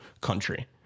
country